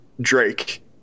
Drake